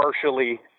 partially